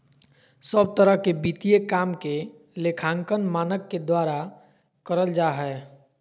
सब तरह के वित्तीय काम के लेखांकन मानक के द्वारा करल जा हय